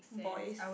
boys